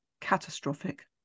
catastrophic